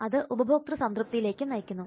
അതു ഉപഭോക്തൃ സംതൃപ്തിയിലേക്കും നയിക്കുന്നു